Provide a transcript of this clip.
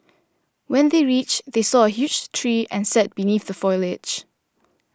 when they reached they saw a huge tree and sat beneath the foliage